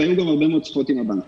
והיו גם הרבה מאוד שיחות עם הבנקים.